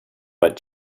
but